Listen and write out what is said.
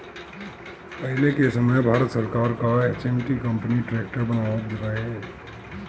पहिले के समय भारत सरकार कअ एच.एम.टी कंपनी ट्रैक्टर बनावत रहे